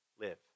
live